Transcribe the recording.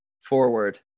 forward